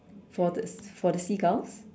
for this for the seagulls